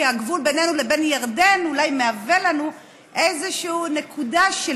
כי הגבול בינינו לבין ירדן אולי הוא איזושהי נקודה של